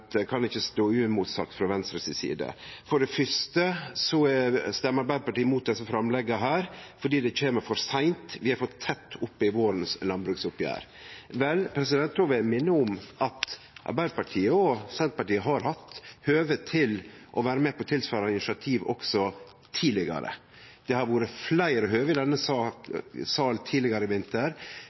kan ikkje stå uimotsagt frå Venstre si side. For det fyrste stemmer Arbeidarpartiet mot desse framlegga fordi det kjem for seint; vi er for tett opp i vårens landbruksoppgjer. Vel, då vil eg minne om at Arbeidarpartiet og Senterpartiet har hatt høve til å vere med på tilsvarande initiativ også tidlegare. Det har vore fleire høve i denne salen tidlegare i vinter,